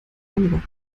einiger